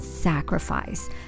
sacrifice